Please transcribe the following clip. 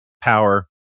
power